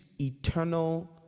Eternal